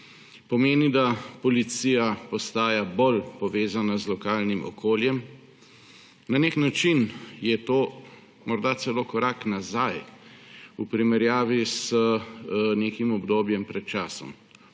Pomeni, da policija postaja bolj povezana z lokalnim okoljem. Na nek način je to morda celo korak nazaj v primerjavi z nekim obdobjem pred časom,